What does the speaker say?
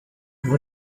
where